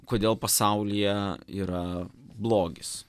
kodėl pasaulyje yra blogis